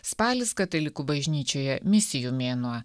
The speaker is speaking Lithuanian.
spalis katalikų bažnyčioje misijų mėnuo